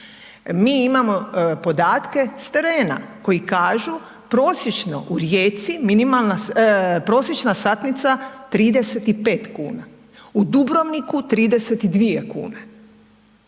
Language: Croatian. mi imamo podatke s terena koji kažu prosječno u Rijeci minimalna, prosječna satnica 35 kuna, u Dubrovniku 32 kune,